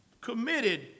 Committed